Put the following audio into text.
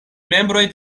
membroj